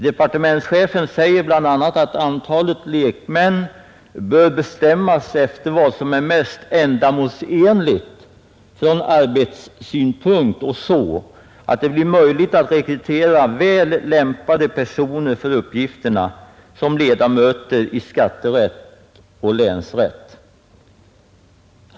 Departementschefen säger bl.a. att antalet lekmän bör bestämmas efter vad som är mest ändamålsenligt från arbetssynpunkt och så att det blir möjligt att rekrytera väl lämpade personer för uppgifterna som ledamöter i skatterätt och länsrätt.